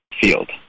field